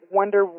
wonder